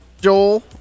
Joel